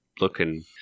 looking